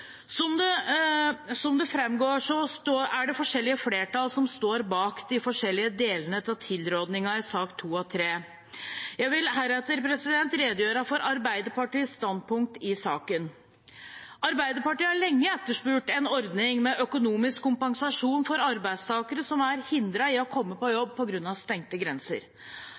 Som det framgår, er det forskjellige flertall som står bak de forskjellige delene av tilrådingen i sakene. Jeg vil heretter redegjøre for Arbeiderpartiets standpunkt i sakene. Arbeiderpartiet har lenge etterspurt en ordning med økonomisk kompensasjon for arbeidstakere som er hindret i å komme på jobb på grunn av stengte grenser.